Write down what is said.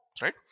right